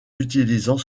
utilisant